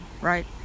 right